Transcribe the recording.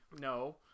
No